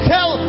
Tell